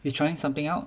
he's trying something out